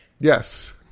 Yes